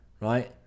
right